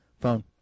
phone